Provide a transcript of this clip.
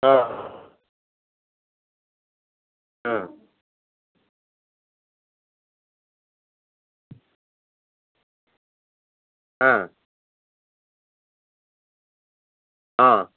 ହଁ ହୁଁ ହଁ ହଁ